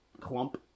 clump